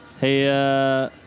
Hey